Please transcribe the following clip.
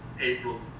April